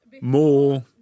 more